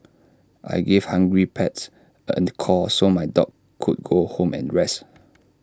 I gave hungry pets A call so my dog could go home and rest